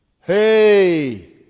hey